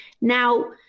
Now